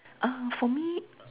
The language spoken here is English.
ah for me